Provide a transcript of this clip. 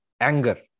anger